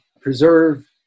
preserve